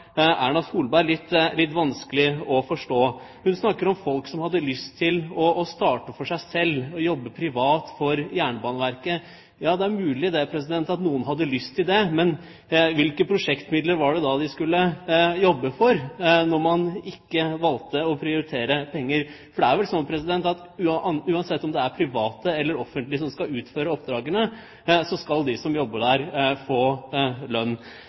Erna Solberg litt vanskelig å forstå. Hun snakket om folk som hadde lyst til å starte for seg selv – jobbe privat for Jernbaneverket. Ja, det er mulig at noen hadde lyst til det. Men hvilke prosjektmidler skulle de ha jobbet for, når man ikke har valgt å prioritere penger? For uansett om det er private eller offentlige som skal utføre oppdragene, skal de som jobber der, få lønn.